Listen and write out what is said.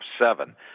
seven